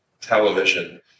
television